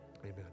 Amen